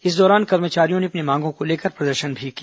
इस दौरान कर्मचारियों ने अपनी मांगों को लेकर प्रदर्शन भी किया